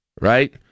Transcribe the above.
right